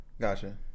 Gotcha